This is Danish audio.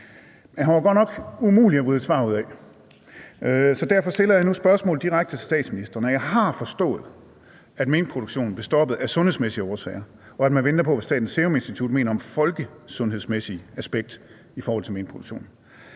Han var godt nok umulig at vride et svar ud af, og derfor stiller jeg nu spørgsmålet direkte til statsministeren. Jeg har forstået, at minkproduktionen blev stoppet af sundhedsmæssige årsager, og at man venter på, hvad Statens Serum Institut mener om det folkesundhedsmæssige aspekt i forhold til minkproduktion.